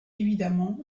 évidemment